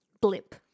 blip